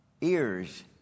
ears